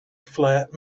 flat